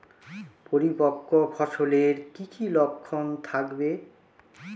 পরিপক্ক ফসলের কি কি লক্ষণ থাকবে?